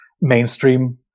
mainstream